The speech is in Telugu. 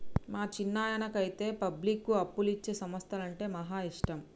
మా చిన్నాయనకైతే పబ్లిక్కు అప్పులిచ్చే సంస్థలంటే మహా ఇష్టం